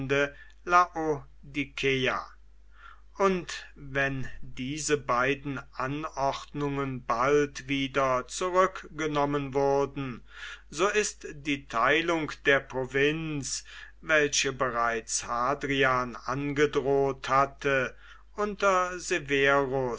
und wenn diese beiden anordnungen bald wieder zurückgenommen wurden so ist die teilung der provinz welche bereits hadrian angedroht hatte unter